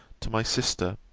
to my sister.